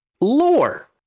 Lore